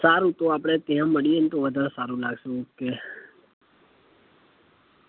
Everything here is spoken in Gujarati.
સારું તો આપણે ત્યાં મળીએ ને તો વધારે સારું લાગશે ઓકે